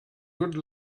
good